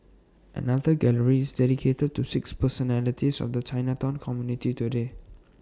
another gallery is dedicated to six personalities of the Chinatown community today